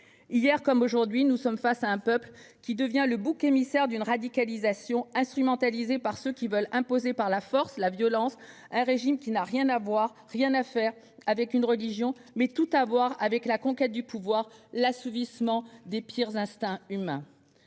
Hier comme aujourd'hui, nous sommes face à un peuple qui devient le bouc émissaire d'une radicalisation instrumentalisée par ceux qui veulent imposer par la force et la violence un régime qui n'a rien à voir ni à faire avec la religion, mais tout à voir avec la conquête du pouvoir et l'assouvissement des pires instincts humains.